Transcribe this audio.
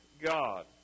God